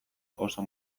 oso